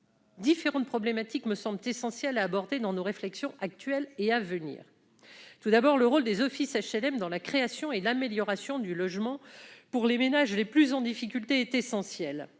Différentes problématiques me semblent essentielles à aborder dans nos réflexions actuelles et à venir. Tout d'abord, le rôle des offices d'HLM dans la création et l'amélioration du logement pour les ménages les plus en difficulté est essentiel.